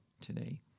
today